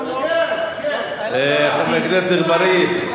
חבר הכנסת אגבאריה.